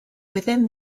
within